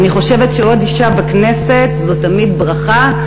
אני חושבת שעוד אישה בכנסת זאת תמיד ברכה.